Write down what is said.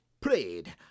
prayed